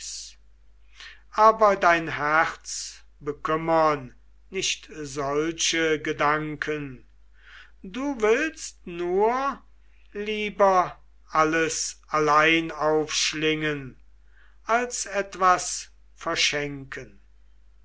aber dein herz bekümmern nicht solche gedanken du willst nur lieber alles allein aufschlingen als etwas verschenken